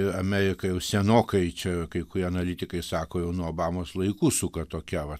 amerika jau senokai čia kai kurie analitikai sako jau nuo obamos laikų suka tokia va